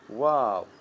wow